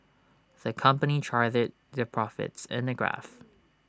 the company charted their profits in A graph